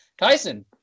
Tyson